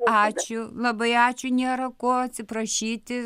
ačiū labai ačiū nėra ko atsiprašyti